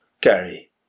Gary